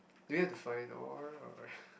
do we have to find all or